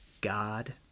God